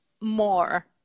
more